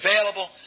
available